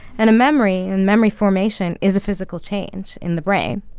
and a memory and memory formation is a physical change in the brain.